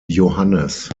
johannes